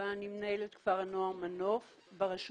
אני מנהלת כפר הנוער מנוף ברשות